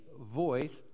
voice